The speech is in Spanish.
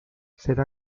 será